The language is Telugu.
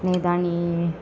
నేను దాన్ని